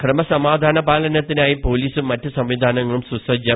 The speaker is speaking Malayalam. ക്രമസമാധാന പാലനത്തിനായി പോലീസും മറ്റ് സംവിധാനങ്ങളും സുസജ്ജം